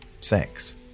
sex